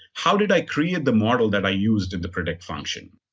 how did i create the model that i used in the predict function?